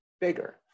bigger